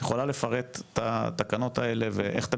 את יכולה לפרט את התקנות האלה ואיך אתם